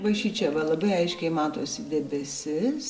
va šičia va labai aiškiai matosi debesis